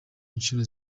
inshuro